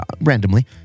randomly